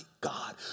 God